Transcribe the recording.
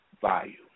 value